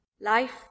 Life